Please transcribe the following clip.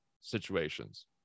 situations